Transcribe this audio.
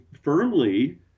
firmly